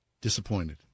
disappointed